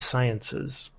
sciences